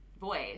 voice